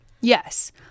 yes